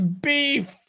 beef